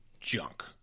junk